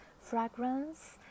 fragrance